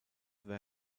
where